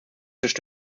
ich